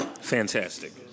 fantastic